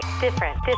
Different